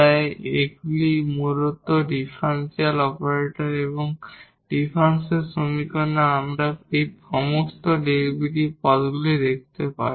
তাই এগুলি মূলত ডিফারেনশিয়াল অপারেটর এবং আমাদের ডিফারেনশিয়াল সমীকরণে আমরা এই সমস্ত ডেরিভেটিভ পদগুলি দেখতে পাই